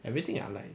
everything ah like